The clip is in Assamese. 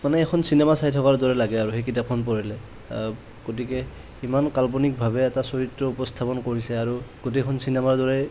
মানে এখন চিনেমা চাই থকাৰ দৰে লাগে আৰু সেই কিতাপখন পঢ়িলে গতিকে ইমান কাল্পনিক ভাৱে এটা চৰিত্ৰ উপস্থাপন কৰিছে আৰু গোটেইখন চিনেমাৰ দৰেই